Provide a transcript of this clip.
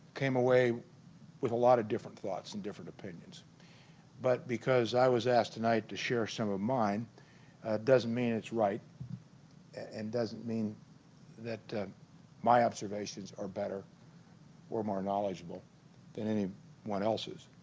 came away with a lot of different thoughts and different opinions but because i was asked tonight to share some of mine doesn't mean it's right and doesn't mean that my observations are better or more knowledgeable than anyone else's,